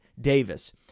Davis